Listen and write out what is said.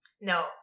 No